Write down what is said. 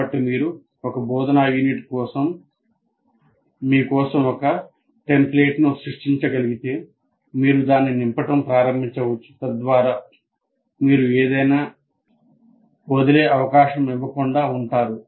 కాబట్టి మీరు ఒక బోధనా యూనిట్ కోసం మీ కోసం ఒక టెంప్లేట్ను సృష్టించగలిగితే మీరు దాన్ని నింపడం ప్రారంభించవచ్చు తద్వారా మీరు ఏదైనా వదిలే అవకాశం ఇవ్వకుండా ఉంటారు